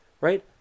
Right